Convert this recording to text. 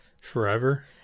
Forever